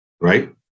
right